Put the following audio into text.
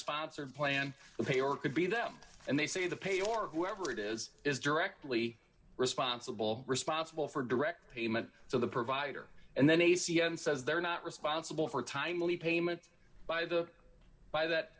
sponsored plan to pay or could be them and they say the pay or whoever it is is directly responsible responsible for direct payment so the provider and then a c n says they're not responsible for timely payment by the by that